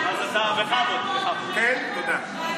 אז בכבוד, בכבוד.